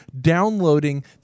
downloading